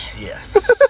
yes